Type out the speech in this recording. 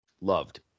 Loved